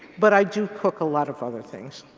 but i do cook a lot of other things.